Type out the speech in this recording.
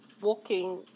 walking